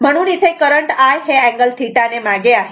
म्हणून इथे current I हे अँगल θ ने मागे आहे